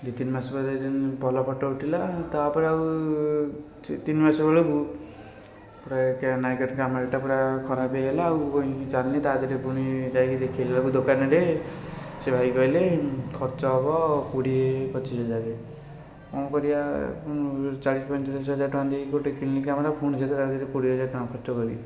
ଦୁଇ ତିନି ମାସ ଯାଏଁ ଭଲ ଫୋଟୋ ଉଠିଲା ତା'ପରେ ଆଉ ତିନି ମାସ ବେଳକୁ ପୁରା ନାଇକା କ୍ୟାମେରାଟା ପୁରା ଖରାପ ହେଇଗଲା ଆଉ କାଇଁକି ଚାଲୁନି ତା' ଦେହରେ ଯାଇକି ଦେଖେଇଲା ବେଳକୁ ଦୋକାନରେ ସେ ଭାଇ କହିଲେ ଖର୍ଚ୍ଚ ହେବ କୋଡ଼ିଏ ପଚିଶ ହଜାର କ'ଣ କରିବା ଚାଳିଶ ପଇଁଚାଳିଶ ହଜାର ଟଙ୍କା ଦେଇକି ଗୋଟେ କିଣିଲି କ୍ୟାମେରା ପୁଣି ସେଇଥିରେ ଆଉ ଯଦି କୋଡ଼ିଏ ହଜାର ଟଙ୍କା ଖର୍ଚ୍ଚ କରିବି